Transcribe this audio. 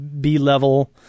B-level